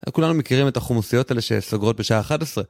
כולנו מכירים את החומוסיות האלה שסגרות בשעה 11